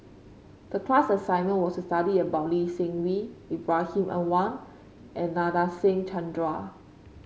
the class assignment was to study about Lee Seng Wee Ibrahim Awang and Nadasen Chandra